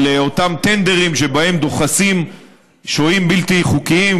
אותם טנדרים שבהם דוחסים שוהים בלתי חוקיים,